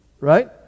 Right